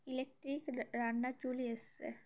electric রান্নার চুল্লি এসেছে